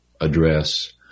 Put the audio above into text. address